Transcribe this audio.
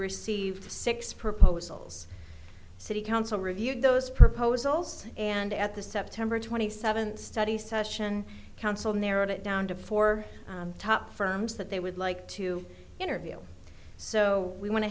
received six proposals city council reviewed those proposals and at the september twenty seventh study session counsel narrowed it down to four top firms that they would like to interview so we went